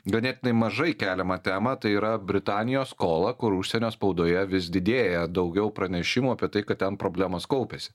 ganėtinai mažai keliamą temą tai yra britanijos skola kur užsienio spaudoje vis didėja daugiau pranešimų apie tai kad ten problemos kaupiasi